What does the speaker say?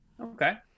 Okay